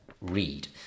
read